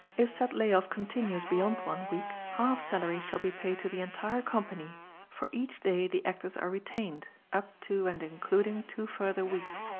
if said lay off continues beyond one week, half salaries shall be paid to the entire company for each day the actors are retained up to and including two further weeks.